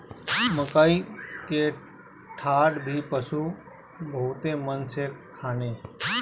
मकई के डाठ भी पशु बहुते मन से खाने